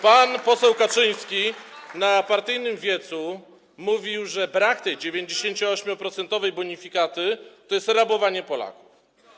Pan poseł Kaczyński na partyjnym wiecu mówił, że brak tej 98-procentowej bonifikaty to jest rabowanie Polaków.